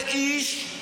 11 איש?